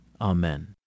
Amen